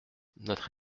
notre